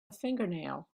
fingernail